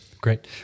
Great